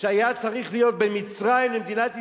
שהיתה צריכה להיות בין מצרים למדינת ישראל,